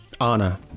Anna